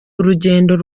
urugendo